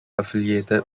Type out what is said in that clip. affiliated